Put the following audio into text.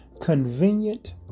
Convenient